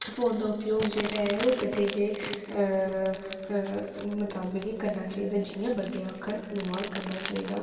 phone दा उपयोग जेह्ड़ा ऐ ओह् बड्डें दे अ अ मताबक गै करना चाहिदा जि'यां बड्डे आखन उ'आं करना चाहिदा